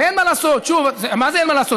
אין מה לעשות, מה זה אין מה לעשות?